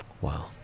wow